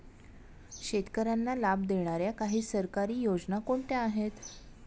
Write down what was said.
शेतकऱ्यांना लाभ देणाऱ्या काही सरकारी योजना कोणत्या आहेत?